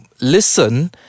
listen